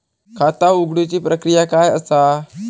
खाता उघडुची प्रक्रिया काय असा?